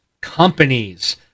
companies